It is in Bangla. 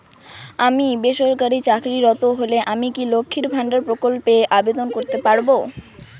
আমি বেসরকারি চাকরিরত হলে আমি কি লক্ষীর ভান্ডার প্রকল্পে আবেদন করতে পারব?